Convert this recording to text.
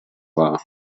war